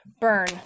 Burn